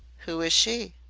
who is she?